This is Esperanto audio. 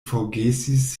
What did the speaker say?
forgesis